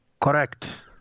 Correct